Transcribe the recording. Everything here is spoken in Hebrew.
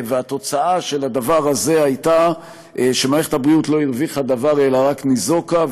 התוצאה של הדבר הזה הייתה שמערכת הבריאות לא הרוויחה דבר אלא רק ניזוקה,